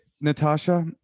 Natasha